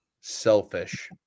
Selfish